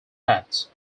hats